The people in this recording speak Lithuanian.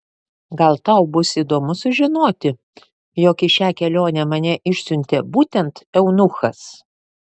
gal tau bus įdomu sužinoti jog į šią kelionę mane išsiuntė būtent eunuchas